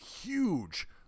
huge